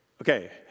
Okay